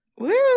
Woo